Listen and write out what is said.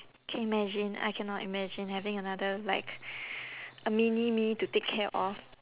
can you imagine I cannot imagine having another like a mini me to take care of